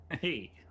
Hey